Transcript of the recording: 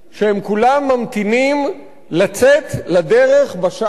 שכולם ממתינים לצאת לדרך בשעה